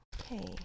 Okay